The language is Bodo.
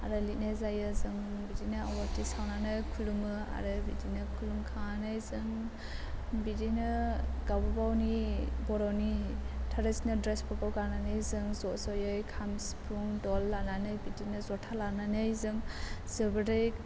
आरो लिरनाय जायो जों बिदिनो आवाथि सावनानै खुलुमो आरो बिदिनो खुलुमखांनानै जों बिदिनो गावबागावनि बर'नि ट्रेदिसनेल ड्रेसफोरखौ गाननानै जों ज' ज'यै खाम सिफुं धल लानानै बिदिनो जथा लानानै जों जोबोरै